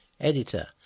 editor